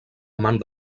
amant